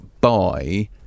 buy